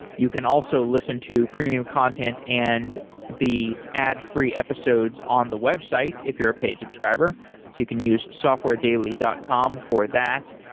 you can also listen to premium content and the ad free episodes on the website if you're a paid subscriber. so you can use softwaredaily dot com for that.